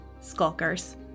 skulkers